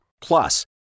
Plus